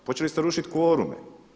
Počeli ste rušit kvorume.